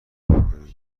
کنیم